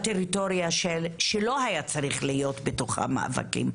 בטריטוריה שלא היה צריך להיות בתוכה מאבקים.